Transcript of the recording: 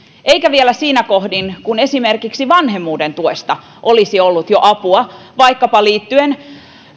eikä vielä siinä kohdin kun esimerkiksi vanhemmuuden tuesta olisi jo ollut apua vaikkapa liittyen